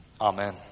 Amen